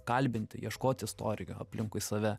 kalbinti ieškoti istorijų aplinkui save